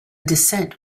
descent